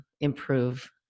improve